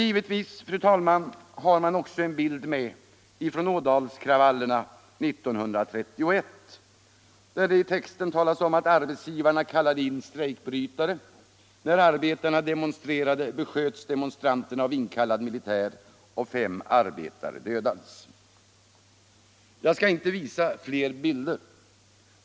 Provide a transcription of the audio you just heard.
Givetvis, fru talman, har man också en bild med från Ådalskravallerna 1931. I texten talas det om att arbetsgivarna kallade in strejkbrytare, och när arbetarna demonstrerade besköts demonstranterna av tillkallad militär, varvid fem arbetare dödades. Jag skall inte visa fler bilder.